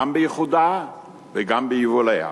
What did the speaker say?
גם בייחודה וגם ביבוליה.